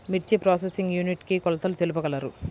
మిర్చి processing unit కి కొలతలు తెలుపగలరు?